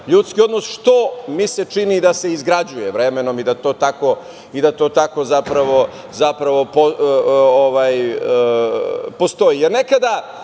ljudski odnos, što mi se čini da se izgrađuje vremenom i da to tako zapravo postoji.